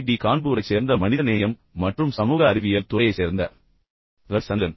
D கான்பூரைச் சேர்ந்த மனிதநேயம் மற்றும் சமூக அறிவியல் துறையைச் சேர்ந்த ரவி சந்திரன்